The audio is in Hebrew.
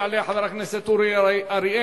יעלה חבר הכנסת אורי אריאל,